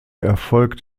erfolgt